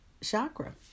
chakra